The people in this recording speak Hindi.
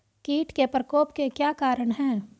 कीट के प्रकोप के क्या कारण हैं?